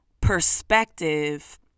perspective